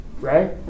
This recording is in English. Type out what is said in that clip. Right